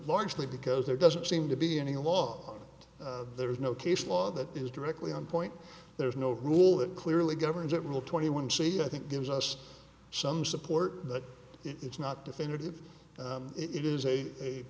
largely because there doesn't seem to be any law there is no case law that is directly on point there's no rule that clearly governs that rule twenty one c i think gives us some support that it's not definitive it is a